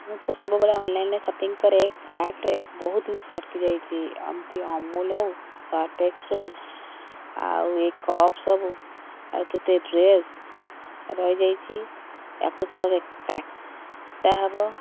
ମୁଁ ତ ସବୁବେଳେ ଅନଲାଇନରେ ସପିଙ୍ଗ କରେ କାର୍ଟରେ ବହୁତ ଜିନିଷ ଅଟିକି ଯାଇଛି ଏମିତି ଅମୁଲ ହଉ ସର୍ପଏକ୍ସେଲ ଆଉ ଏ କପ୍ ସବୁ ଆଉ କେତେ ଡ୍ରେସ୍ ରହିଯାଇଛି ୟାକୁ ସବୁ ଆଗେ କାଟାହବ